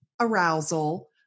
arousal